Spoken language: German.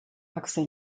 axel